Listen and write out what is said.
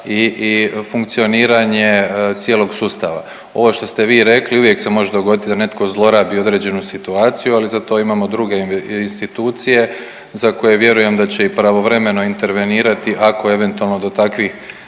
i funkcioniranje cijelog sustava. Ovo što ste vi rekli uvijek se može dogoditi da netko zlorabi određenu situaciju, ali za to imamo druge institucije za koje vjerujem da će pravovremeno intervenirati ako eventualno do takvih